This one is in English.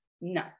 No